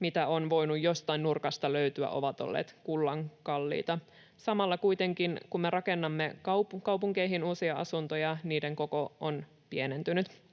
mitä on voinut jostain nurkasta löytyä, ovat olleet kullankalliita. Samalla kuitenkin kun me rakennamme kaupunkeihin uusia asuntoja, niiden koko on pienentynyt,